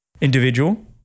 individual